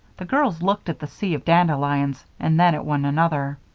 the girls looked at the sea of dandelions and then at one another.